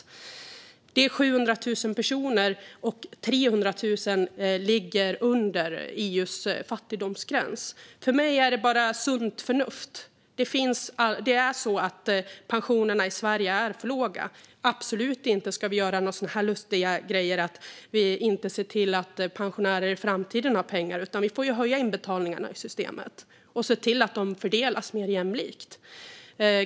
Det är alltså 700 000 personer, och 300 000 ligger under EU:s fattigdomsgräns. För mig är det bara sunt förnuft: Pensionerna i Sverige är för låga. Vi ska absolut inte göra några sådana lustiga grejer som leder till att pensionärer i framtiden inte har pengar, utan vi får höja inbetalningarna i systemet och se till att de fördelas mer jämlikt.